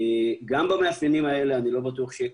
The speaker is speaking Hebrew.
גם במאפיינים האלה אני לא בטוח שיהיה